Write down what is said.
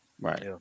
Right